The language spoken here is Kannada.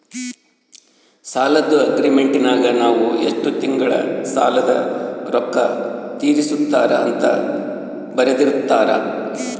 ಸಾಲದ್ದು ಅಗ್ರೀಮೆಂಟಿನಗ ನಾವು ಎಷ್ಟು ತಿಂಗಳಗ ಸಾಲದ ರೊಕ್ಕ ತೀರಿಸುತ್ತಾರ ಅಂತ ಬರೆರ್ದಿರುತ್ತಾರ